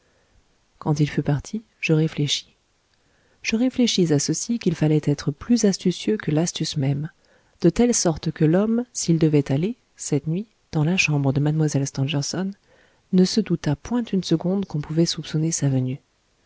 quand il fut parti je réfléchis je réfléchis à ceci qu'il fallait être plus astucieux que l'astuce même de telle sorte que l'homme s'il devait aller cette nuit dans la chambre de mlle stangerson ne se doutât point une seconde qu'on pouvait soupçonner sa venue